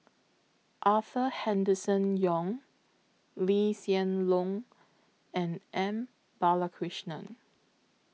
Arthur Henderson Young Lee Hsien Loong and M Balakrishnan